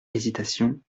hésitation